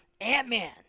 Ant-Man